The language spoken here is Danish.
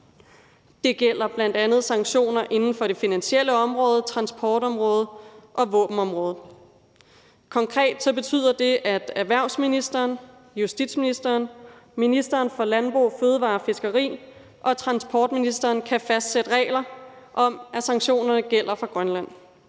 Det gælder bl.a. sanktioner inden for det finansielle område, transportområdet og våbenområdet. Konkret betyder det, at erhvervsministeren, justitsministeren, ministeren for landbrug, fødevarer og fiskeri og transportministeren kan fastsætte regler om, at sanktionerne gælder for Grønland.